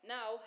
Now